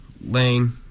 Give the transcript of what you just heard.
Lane